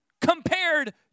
compared